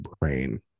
brain